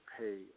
pay